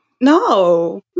No